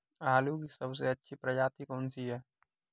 आलू की सबसे अच्छी प्रजाति कौन सी है?